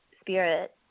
spirit